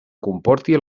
comporti